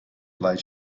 blood